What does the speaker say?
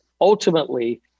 ultimately